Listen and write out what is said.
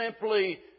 simply